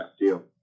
Deal